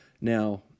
Now